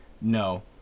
no